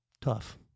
Tough